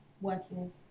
working